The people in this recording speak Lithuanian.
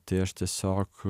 tai aš tiesiog